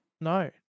No